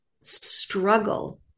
struggle